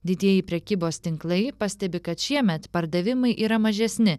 didieji prekybos tinklai pastebi kad šiemet pardavimai yra mažesni